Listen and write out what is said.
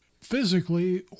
Physically